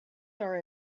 are